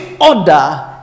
order